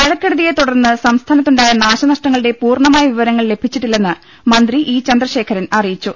മഴക്കെടുതിയെ തുടർന്ന് സംസ്ഥാനത്തുണ്ടായ നാശനഷ്ട ങ്ങളുടെ പൂർണമായ വിവരങ്ങൾ ലഭിച്ചിട്ടില്ലെന്ന് മന്ത്രി ഇ ചന്ദ്ര ശേഖരൻ അറിയിച്ചു